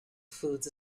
foods